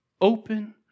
open